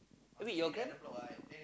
oh wait your grand~